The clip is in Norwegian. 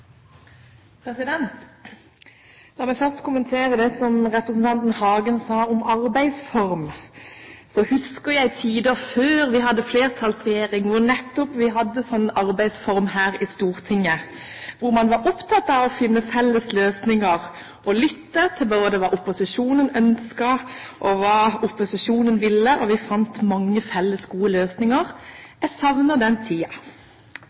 Hagen sa om arbeidsform. Jeg husker tider, før vi hadde flertallsregjering, da vi nettopp hadde en sånn arbeidsform her i Stortinget hvor man var opptatt av å finne felles løsninger og lytte til både hva opposisjonen ønsket og hva opposisjonen ville – og vi fant mange felles gode løsninger. Jeg savner den